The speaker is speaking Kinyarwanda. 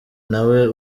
nawe